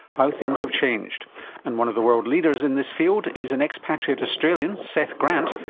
how things have changed and one of the world leaders in this field is an expatriate australian, seth grant,